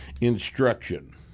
Instruction